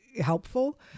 helpful